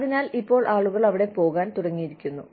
അതിനാൽ ഇപ്പോൾ ആളുകൾ അവിടെ പോകാൻ തുടങ്ങിയിരിക്കുന്നു